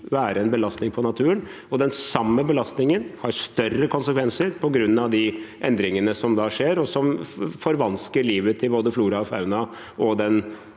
være en belastning på naturen. Den samme belastningen har større konsekvenser på grunn av de endringene som skjer, som forvansker livet til både flora og fauna og den